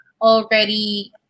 already